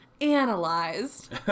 Analyzed